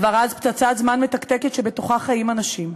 כבר אז פצצת זמן מתקתקת שבתוכה חיים אנשים,